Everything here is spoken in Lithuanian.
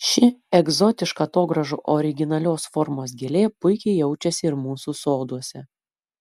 ši egzotiška atogrąžų originalios formos gėlė puikiai jaučiasi ir mūsų soduose